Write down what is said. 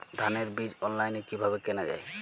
ধানের বীজ অনলাইনে কিভাবে কেনা যায়?